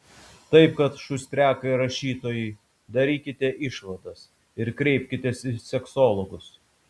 taip kad šustriakai rašytojai darykite išvadas ir kreipkitės į seksologus